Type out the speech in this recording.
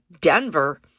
Denver